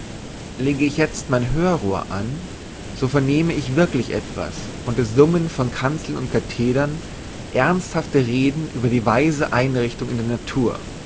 lege ich jezt mein hörrohr an so vernehme ich wirklich etwas und es summen von kanzeln und kathedern ernsthafte reden über die weise einrichtung in der natur